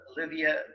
olivia